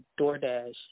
DoorDash